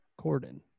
Corden